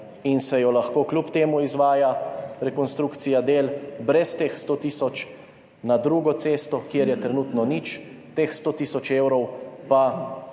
in se lahko kljub temu izvaja rekonstrukcija del, brez teh 100 tisoč, na drugo cesto, kjer je trenutno nič, teh 100 tisoč evrov pa